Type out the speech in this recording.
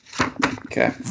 Okay